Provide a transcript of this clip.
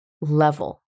level